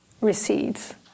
recedes